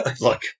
Look